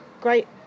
great